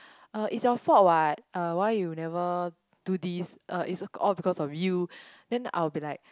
uh it's your fault what uh why you never do this uh it's all because of you then I'll be like